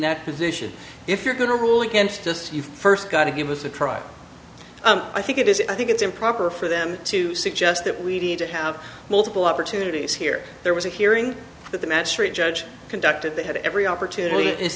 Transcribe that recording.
that position if you're going to rule against us you first got to give us a trial i think it is i think it's improper for them to suggest that we need to have multiple opportunities here there was a hearing that the magistrate judge conducted they had every opportunity i